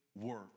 work